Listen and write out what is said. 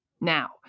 Now